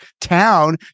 town